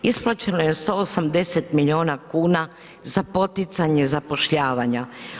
Isplaćeno je 180 milijuna kuna za poticanje zapošljavanja.